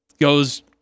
goes